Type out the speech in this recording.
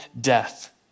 death